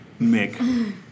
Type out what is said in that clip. Mick